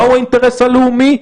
מהו האינטרס הלאומי,